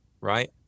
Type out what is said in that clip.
right